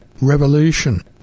revolution